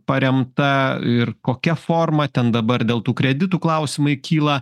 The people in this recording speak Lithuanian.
paremta ir kokia forma ten dabar dėl tų kreditų klausimai kyla